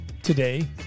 Today